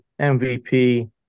MVP